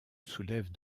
soulèvent